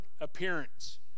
appearance